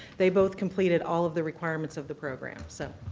they both completed all of the requirements of the program. so,